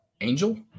Angel